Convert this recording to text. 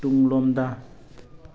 ꯇꯨꯡꯂꯣꯝꯗ